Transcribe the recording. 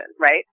right